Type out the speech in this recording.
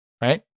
right